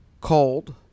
Called